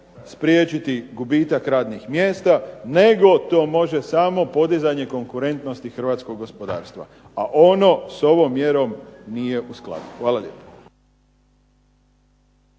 spriječiti gubitak radnih mjesta nego to može samo podizanje konkurentnosti hrvatskoga gospodarstva, a ono s ovom mjerom nije u skladu. Hvala lijepo.